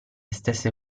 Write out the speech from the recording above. stesse